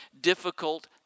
difficult